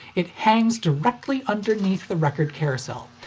it hangs directly underneath the record carousel,